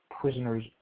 prisoners